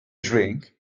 drink